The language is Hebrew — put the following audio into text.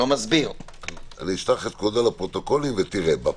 אשלח את כבודו לפרוטוקולים ותראה.